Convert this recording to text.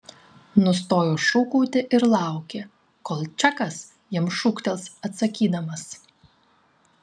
nustojo šūkauti ir laukė kol čakas jam šūktels atsakydamas